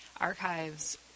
archives